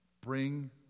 Bring